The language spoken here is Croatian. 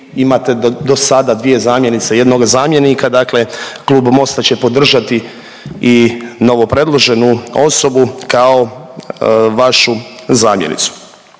imate dosada 2 zamjenice i 1 zamjenika, dakle Klub MOST-a će podržati i novopredloženu osobu kao vašu zamjenicu.